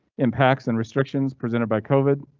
impacts and restrictions presented by covid.